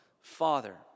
Father